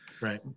Right